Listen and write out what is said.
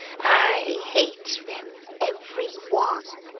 i hate em every one